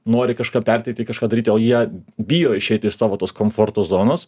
nori kažką perteikti kažką daryti o jie bijo išeiti iš savo tos komforto zonos